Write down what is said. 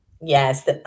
Yes